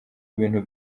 ibintu